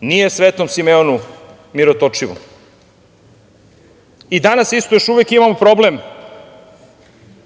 nije Svetom Simeonu Mirotočivom. Danas isto još uvek imamo problem